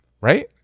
right